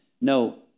No